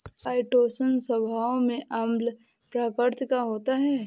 chitosan स्वभाव में अम्ल प्रकृति का होता है